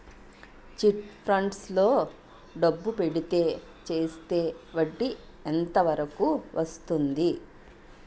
Chit funds లో డబ్బులు పెడితే చేస్తే వడ్డీ ఎంత వరకు వస్తుంది?